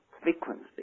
frequency